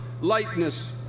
lightness